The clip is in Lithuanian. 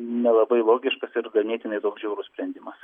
nelabai logiškas ir ganėtinai toks žiaurus sprendimas